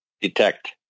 detect